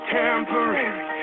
temporary